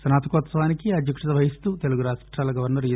స్నాతకోత్పవానికి అధ్యక్షత వహిస్తూ తెలుగు రాష్టాల గవర్సర్ ఇ